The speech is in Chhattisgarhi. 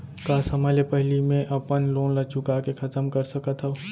का समय ले पहिली में अपन लोन ला चुका के खतम कर सकत हव?